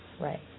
Right